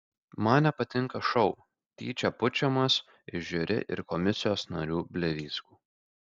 man nepatinka šou tyčia pučiamas iš žiuri ir komisijos narių blevyzgų